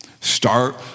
Start